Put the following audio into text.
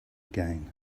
again